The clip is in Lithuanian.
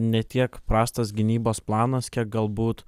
ne tiek prastas gynybos planas kiek galbūt